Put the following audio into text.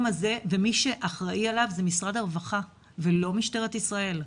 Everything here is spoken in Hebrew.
הזה ומי שאחראי עליו זה משרד הרווחה ולא משטרת ישראל.